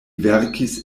verkis